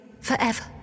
forever